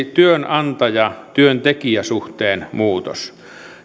työnantaja työntekijä suhteen muutos